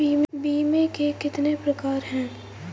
बीमे के कितने प्रकार हैं?